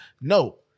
No